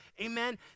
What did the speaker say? amen